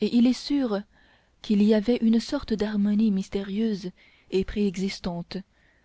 et il est sûr qu'il y avait une sorte d'harmonie mystérieuse et préexistante